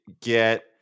get